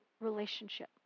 relationship